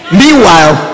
meanwhile